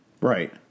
Right